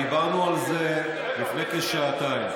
דיברנו על זה לפני כשעתיים.